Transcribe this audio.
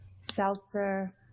Seltzer